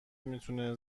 میتونه